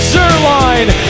Zerline